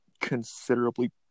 considerably